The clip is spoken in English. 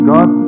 God